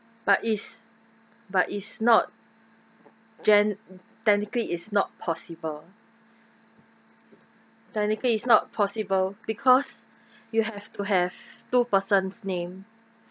but is but is not gen~ technically is not possible technically is not possible because you have to have two person's name